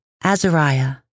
Azariah